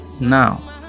Now